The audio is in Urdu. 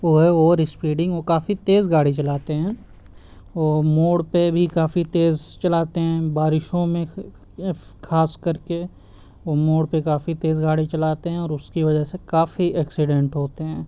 وہ ہے اوور اسپیڈنگ وہ کافی تیز گاڑی چلاتے ہیں وہ موڑ پہ بھی کافی تیز چلاتے ہیں بارشوں میں خاص کر کے وہ موڑ پہ کافی تیز گاڑی چلاتے ہیں اور اس کی وجہ سے کافی ایکسیڈنٹ ہوتے ہیں